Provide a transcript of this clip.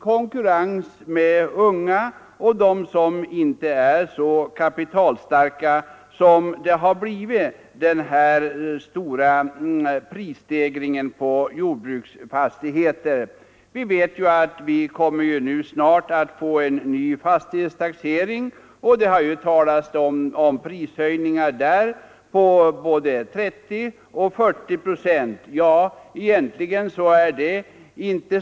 Konkurrensen mellan dem och de unga, som inte är så kapitalstarka, har lett till den stora prisstegringen på jordbruksfastigheter. Vi kommer snart att få en ny fastighetstaxering, och det har talats om höjningar på både 30 och 40 procent.